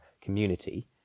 community